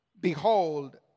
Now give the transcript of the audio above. Behold